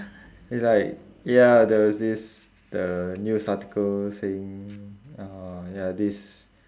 it's like ya there was this the news article saying uh ya this